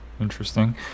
interesting